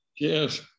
Yes